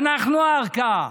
אנחנו הערכאה.